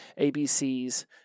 ABC's